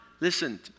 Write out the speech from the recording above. listen